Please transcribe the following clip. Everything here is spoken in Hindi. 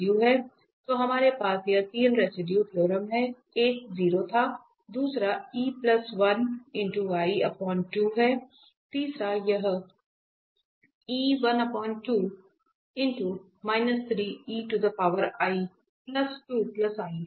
तो हमारे पास ये तीन रेसिडुए हैं एक 0 था दूसरा एक तीसरा यह हैं